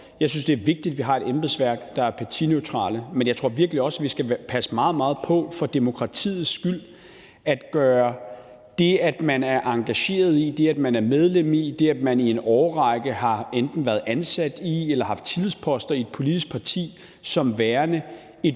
Jeg synes, det er vigtigt, vi har et embedsværk, der er partineutralt, men jeg tror virkelig også, vi skal passe meget, meget på for demokratiets skyld med at gøre det, at man er engageret i, det, at man er medlem af, eller det, at man i en årrække har enten været ansat i eller haft tillidsposter i et politisk parti, til et